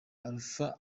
alpha